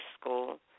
school